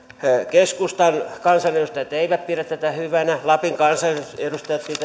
keskustan kansanedustajat eivät pidä tätä hyvänä lapin kansanedustajat pitävät